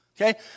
Okay